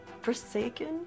forsaken